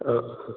ആ ആ